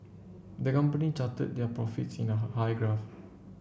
the company charted their profits in a high graph